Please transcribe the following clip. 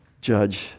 judge